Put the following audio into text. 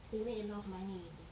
they make a lot of money already